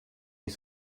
les